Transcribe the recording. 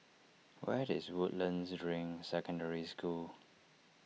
where is Woodlands Ring Secondary School